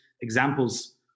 examples